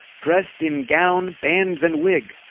dressed in gown, bands, and wig,